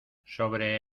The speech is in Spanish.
sobre